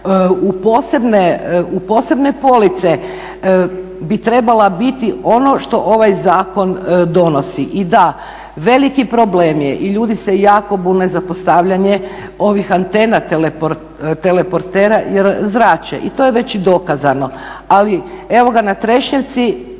u posebne police bi trebala biti ono što ovaj zakon donosi. I da, veliki problem je i ljudi se jako bune za postavljanje antena teleportera jer zrače i to je već dokazano, ali na Trešnjevci